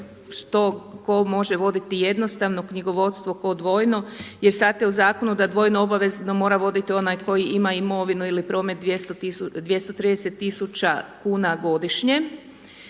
ko može voditi jednostavno knjigovodstvo, ko dvojno jer sada je u zakonu da dvojno obavezno mora voditi onaj koji ima imovinu ili promet 230 tisuća kuna godišnje,